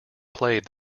played